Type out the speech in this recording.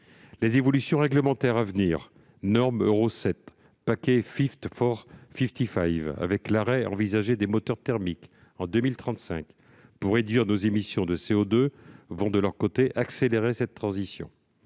Les évolutions réglementaires à venir- je pense à la norme Euro 7, au paquet, avec l'arrêt envisagé des moteurs thermiques en 2035 -pour réduire nos émissions de CO2 vont, de leur côté, accélérer cette transition.